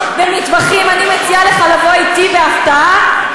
אני מתכבד להציג את הצעת חוק כלי הירייה (תיקון מס' 18)